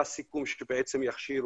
היה סיכום שיכשירו.